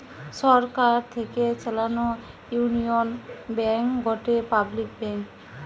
সরকার থেকে চালানো Union Bank গটে পাবলিক ব্যাঙ্ক